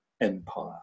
Empire